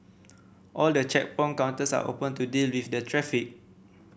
all the checkpoint counters are open to deal with the traffic